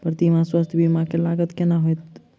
प्रति माह स्वास्थ्य बीमा केँ लागत केतना होइ है?